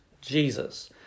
Jesus